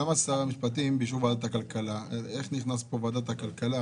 למה שר המשפטים באישור ועדת הכלכלה?